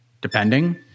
depending